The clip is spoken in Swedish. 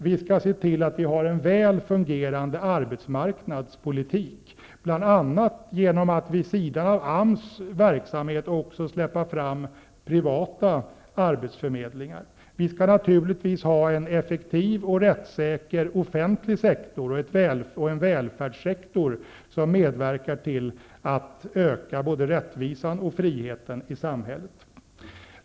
Vi skall se till att vi har en väl fungerande arbetsmarknadspolitik, bl.a. genom att vid sidan av AMS verksamhet släppa fram privata arbetsförmedlingar. Vi skall naturligtvis ha en effektiv och rättssäker offentlig sektor och en välfärdssektor som medverkar till att öka både rättvisan och friheten i samhället.